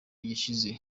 gishize